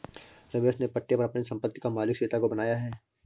रमेश ने पट्टे पर अपनी संपत्ति का मालिक सीता को बनाया है